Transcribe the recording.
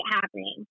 happening